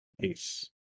Peace